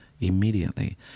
immediately